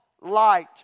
light